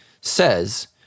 says